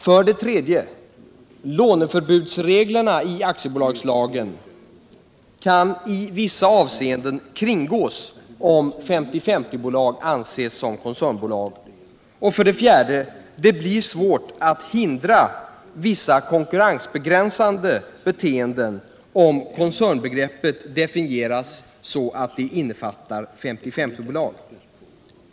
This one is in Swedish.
För det tredje: Låneförbudsreglerna i aktiebolagslagen kan i vissa avseenden kringgås om 50 50 bolag.